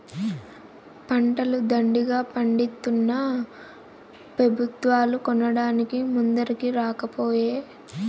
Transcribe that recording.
పంటలు దండిగా పండితున్నా పెబుత్వాలు కొనడానికి ముందరికి రాకపోయే